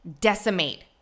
decimate